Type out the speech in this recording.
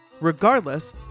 regardless